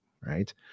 right